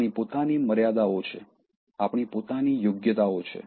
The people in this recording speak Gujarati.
આપણી પોતાની મર્યાદાઓ છે આપણી પોતાની યોગ્યતાઓ છે